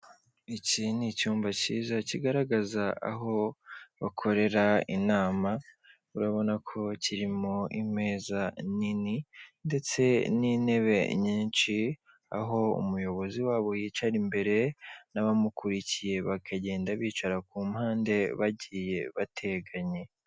Iki ni icyumba cyiza kigaragaza aho bakorera inama, urabona ko kirimo imeza nini ndetse n'intebe nyinshi aho umuyobozi wabo yicara, imbere n'abamukurikiye bakagenda bicara ku mpande bagiye bateganye.